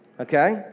okay